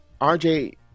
RJ